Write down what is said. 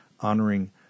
honoring